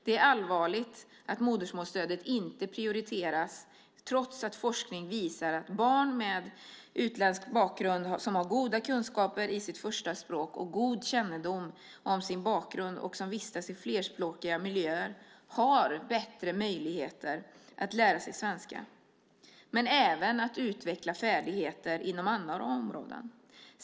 Det är allvarligt att modersmålsstödet inte prioriteras trots att forskning visar att barn med utländsk bakgrund som har goda kunskaper i sitt förstaspråk, som har god kännedom om sin bakgrund och som vistas i flerspråkiga miljöer har bättre möjligheter att lära sig svenska, men även att utveckla färdigheter inom andra områden.